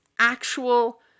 actual